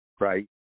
right